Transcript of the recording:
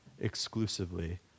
exclusively